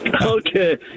Okay